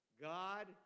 God